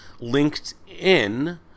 LinkedIn